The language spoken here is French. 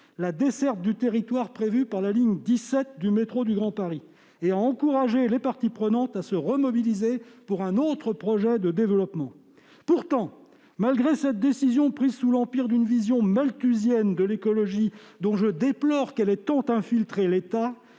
la desserte du territoire prévue par la ligne 17 du métro du Grand Paris » et à encourager les parties prenantes à se mobiliser de nouveau pour un autre projet de développement. Pourtant, malgré cette décision prise sous l'empire d'une vision malthusienne de l'écologie, dont je déplore qu'elle ait tant infiltré l'État,